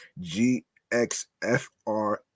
gxfr